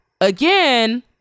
again